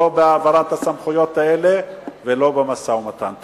לא בהעברת הסמכויות האלה ולא במשא-ומתן.